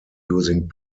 using